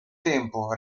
tempo